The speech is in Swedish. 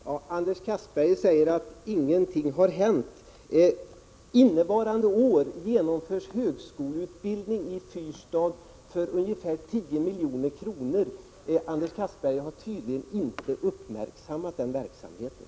Herr talman! Anders Castberger säger att ingenting har hänt. Innevarande år genomförs högskoleutbildning i Fyrstad för ungefär 10 milj.kr. Anders Castberger har tydligen inte uppmärksammat den verksamheten.